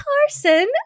Carson